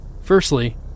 Firstly